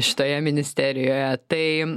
šitoje ministerijoje tai